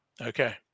Okay